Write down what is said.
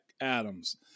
Adams